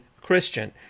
Christian